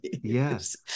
yes